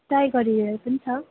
tiger हिलहरू पनि छ